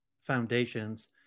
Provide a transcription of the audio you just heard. foundations